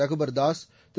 Raghubar Das Thiru